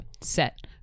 set